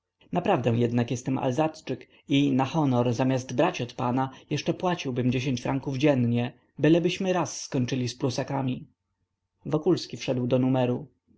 naprawdę jednak jestem alzatczyk i na honor zamiast brać od pana jeszcze płaciłbym franków dziennie byleśmy raz skończyli z prusakami wokulski wszedł do numeru